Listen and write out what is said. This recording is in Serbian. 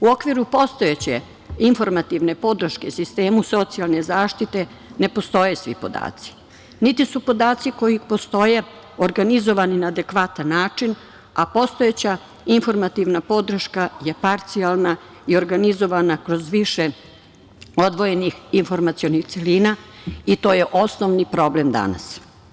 U okviru postojeće informativne podrške sistemu socijalne zaštite ne postoje svi podaci niti su podaci koji postoje organizovani na adekvatan način, a postojeća informativna podrška je parcijalna i organizovana kroz više odvojenih informacionih celina i to je osnovni problem danas.